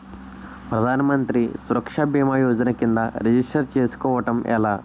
ప్రధాన మంత్రి సురక్ష భీమా యోజన కిందా రిజిస్టర్ చేసుకోవటం ఎలా?